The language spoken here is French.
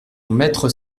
maître